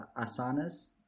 asanas